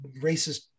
racist